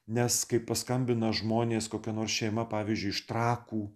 nes kai paskambina žmonės kokia nors šeima pavyzdžiui iš trakų